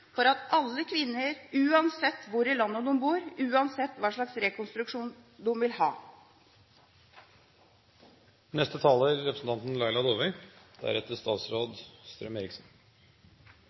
garanti for alle kvinner, uansett hvor i landet de bor, uansett hva slags rekonstruksjon de vil